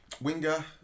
winger